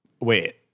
Wait